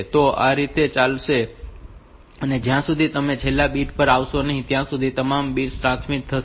તો આ રીતે તે ચાલશે અને જ્યાં સુધી તમે છેલ્લા બિટ પર આવો ત્યાં સુધી તમામ બિટ્સ ટ્રાન્સમિટ થશે